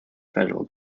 federal